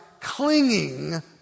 clinging